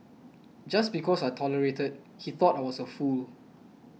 just because I tolerated he thought I was a fool